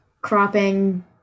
cropping